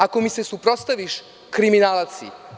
Ako mi se suprotstaviš, kriminalac si.